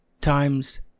times